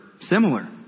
similar